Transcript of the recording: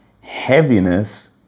Heaviness